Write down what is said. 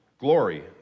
glory